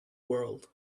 world